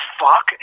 fuck